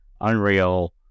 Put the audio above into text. Unreal